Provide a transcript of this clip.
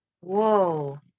Whoa